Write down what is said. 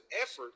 effort